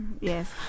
Yes